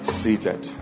seated